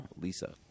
Lisa